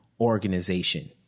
organization